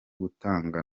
gutunga